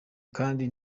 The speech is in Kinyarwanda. kandi